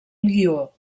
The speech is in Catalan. lió